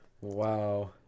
Wow